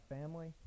family